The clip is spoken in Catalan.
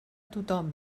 tothom